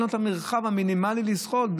אין לו את המרחב המינימלי לזחול.